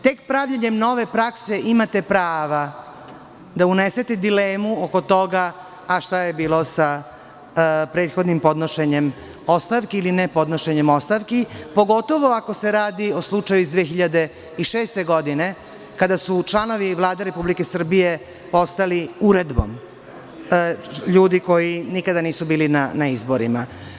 Tek pravljenjem nove prakse imate prava da unesete dilemu oko toga a šta je bilo sa prethodnim podnošenjem ostavki, ili ne podnošenjem ostavki, pogotovo ako se radi o slučaju iz 2006. godine, kada su članovi Vlade Republike Srbije postali uredbom ljudi koji nikada nisu bili na izborima.